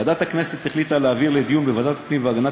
ועדת הכנסת החליטה להעביר לדיון בוועדת הפנים והגנת